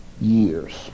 years